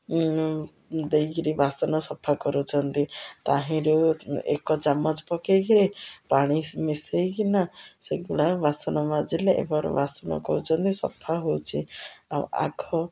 ଦେଇକିରି ବାସନ ସଫା କରୁଛନ୍ତି ତାହିଁରୁ ଏକ ଚାମଚ ପକେଇକି ପାଣି ମିଶେଇକିନା ସେଗୁଡ଼ା ବାସନ ମାଜିଲେ ଏବଂ ବାସନ କରୁଛନ୍ତି ସଫା ହେଉଛି ଆଉ ଆଘ